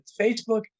Facebook